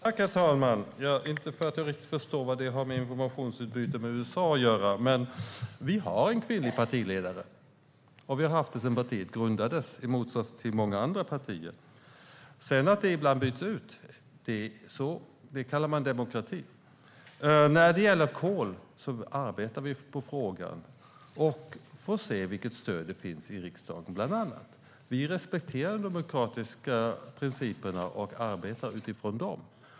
Herr talman! Även om jag inte riktigt förstår vad detta har att göra med informationsutbyte med USA: Vi har en kvinnlig partiledare och har haft det sedan partiet grundades - i motsats till många andra partier. Att den personen ibland byts ut kallar man demokrati. När det gäller kolet arbetar vi på frågan. Vi får se vilket stöd det finns bland annat i riksdagen. Vi respekterar de demokratiska principerna och arbetar utifrån dem.